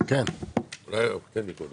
אתחיל